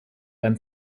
beim